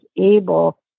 able